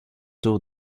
cours